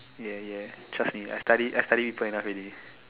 ya ya trust me I study I study long enough already